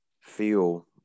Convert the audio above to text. feel